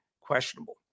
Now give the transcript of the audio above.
questionable